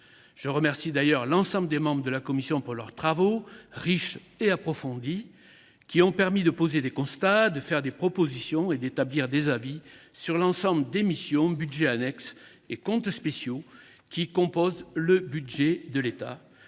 Je remercie d’ailleurs tous les membres de la commission de leurs travaux riches et approfondis ; ils ont permis de dresser des constats, de formuler des propositions et d’établir des avis sur l’ensemble des missions, budgets annexes et comptes spéciaux qui composent le budget de l’État.